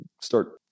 start